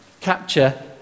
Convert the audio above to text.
capture